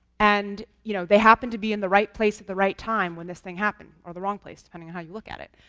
and you know they happened to be in the right place at the right time, when this thing happened. or the wrong place, depending on how you look at it.